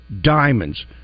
diamonds